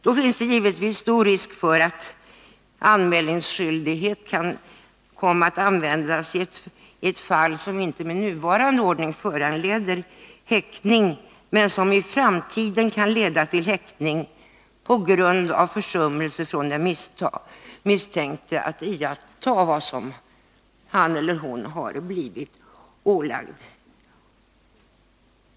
Då finns det givetvis stor risk för att anmälningsskyldigheten kommer att användas även i fall som med nuvarande ordning inte föranleder häktning, men som i framtiden kan leda till häktning på grund av försummelse av den misstänkte att iaktta vad han eller hon har blivit ålagd.